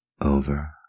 over